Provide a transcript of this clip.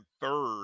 third